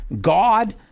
God